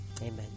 Amen